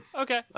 Okay